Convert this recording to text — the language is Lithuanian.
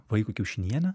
vaikui kiaušinienę